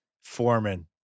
foreman